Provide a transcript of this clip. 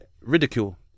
ridicule